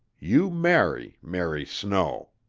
you marry mary snow.